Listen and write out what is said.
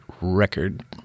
record